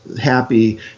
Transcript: happy